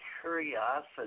curiosity